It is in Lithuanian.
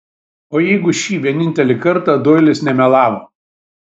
o jeigu šį vienintelį kartą doilis nemelavo